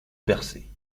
percer